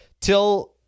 till